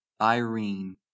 Irene